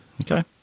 Okay